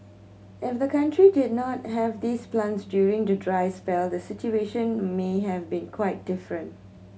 if the country did not have these plants during the dry spell the situation may have been quite different